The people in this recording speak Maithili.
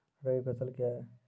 रबी फसल क्या हैं?